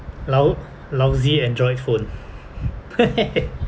lo~ lousy android phone